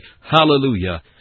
Hallelujah